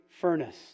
furnace